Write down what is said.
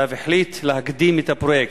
ואף החליט להקדים את הפרויקט.